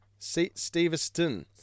Steveston